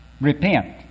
repent